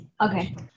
Okay